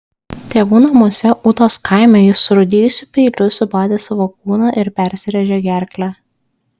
tėvų namuose ūtos kaime jis surūdijusiu peiliu subadė savo kūną ir persirėžė gerklę